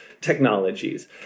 technologies